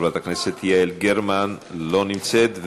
חברת הכנסת יעל גרמן, לא נמצאת.